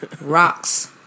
Rocks